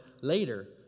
later